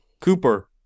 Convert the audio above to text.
Cooper